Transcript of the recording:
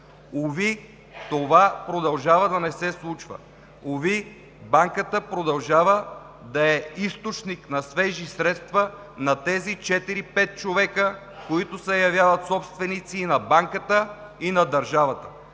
Уви, това продължава да не се случва. Уви, Банката продължава да е източник на свежи средства на тези четири-пет човека, които се явяват собственици и на Банката, и на държавата.